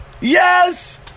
Yes